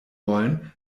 wollen